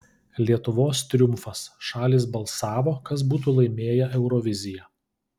lietuvos triumfas šalys balsavo kas būtų laimėję euroviziją